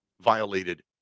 violated